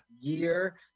year